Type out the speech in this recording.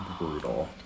brutal